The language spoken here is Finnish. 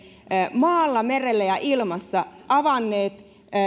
maalla merellä ja ilmassa avanneet